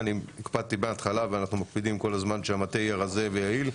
הקפדתי מהתחלה ואנחנו מקפידים כל הזמן שהמטה יהיה רזה ויעיל.